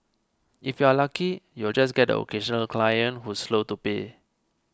if you're lucky you'll just get the occasional client who's slow to pay